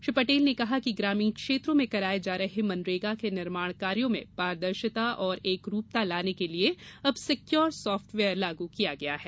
श्री पटेल ने कहा कि ग्रामीण क्षेत्रों में कराये जा रहे मनरेगा के निर्माण कार्यों में पारदर्शिता और एकरूपता लाने के लिए अब सिक्यूर साफ्टवेयर लागू किया गया है